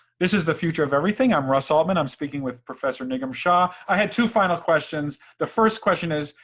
this is the future of everything, i'm russ altman, i'm speaking with professor nigam shah. i had two final questions. the first question is,